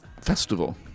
festival